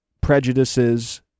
prejudices